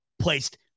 Placed